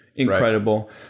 incredible